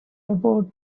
about